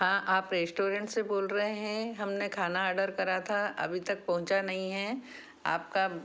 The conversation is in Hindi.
हाँ आप रेस्टोरेंट से बोल रहे हैं हमने खाना आडर करा था अभी तक पहुँचा नहीं है आपका